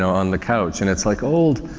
on the coach and it's like old,